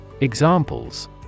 Examples